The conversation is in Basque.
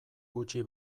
gutxi